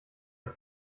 auf